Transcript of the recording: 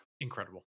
Incredible